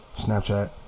Snapchat